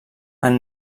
han